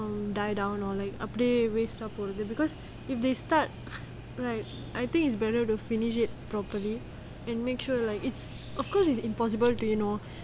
um die down or like update we support because if they start right I think it's better to finish it properly and make sure like it's of course it's impossible to you know